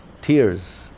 Tears